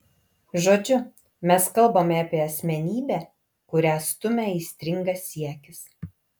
žodžiu mes kalbame apie asmenybę kurią stumia aistringas siekis